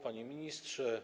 Panie Ministrze!